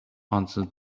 answered